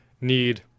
need